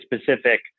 specific